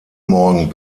morgen